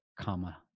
comma